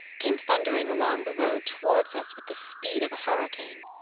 came thundering along the road towards us with the speed of a hurricane.